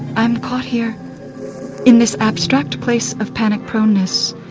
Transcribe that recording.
i am caught here in this abstract place of panic proneness,